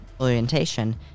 orientation